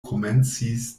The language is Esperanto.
komencis